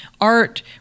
art